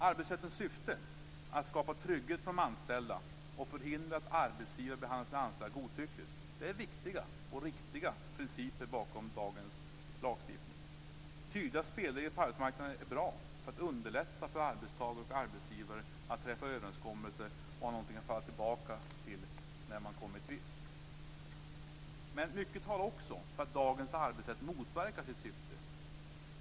Arbetsrättens syften, att skapa trygghet för de anställda och förhindra att arbetsgivare behandlar sina anställda godtyckligt, är viktiga och riktiga principer bakom dagens lagstiftning. Tydliga spelregler på arbetsmarknaden är bra för att underlätta för arbetstagare och arbetsgivare att träffa överenskommelser och för att ha något att falla tillbaka på vid tvister. Men mycket talar också för att dagens arbetsrätt motverkar sitt syfte.